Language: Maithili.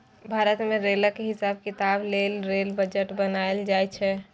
भारत मे रेलक हिसाब किताब लेल रेल बजट बनाएल जाइ छै